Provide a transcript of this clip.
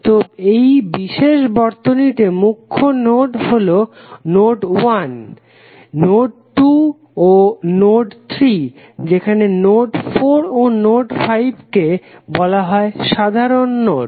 তো এই বিশেষ বর্তনীটিতে মুখ্য নোড হলো নোড 1 নোড 2 ও নোড 3 যেখানে নোড 4 ও নোড 5 কে বলা হয় সাধারণ নোড